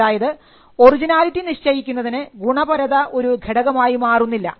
അതായത് ഒറിജിനാലിറ്റി നിശ്ചയിക്കുന്നതിന് ഗുണപരത ഒരു ഘടകമായി മാറുന്നില്ല